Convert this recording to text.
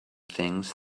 things